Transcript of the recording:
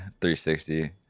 360